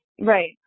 Right